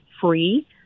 free